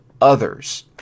others